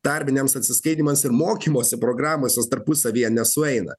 tarpiniams atsiskaitymas ir mokymosi programos tarpusavyje nesueina